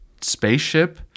spaceship